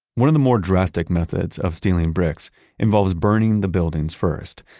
one of the more drastic methods of stealing bricks involves burning the buildings first.